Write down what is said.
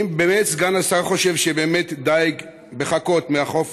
האם באמת סגן השר חושב שדיג בחכות מהחוף,